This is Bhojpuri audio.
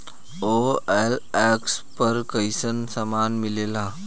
ओ.एल.एक्स पर कइसन सामान मीलेला?